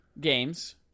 games